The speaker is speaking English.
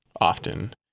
often